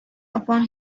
upon